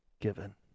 given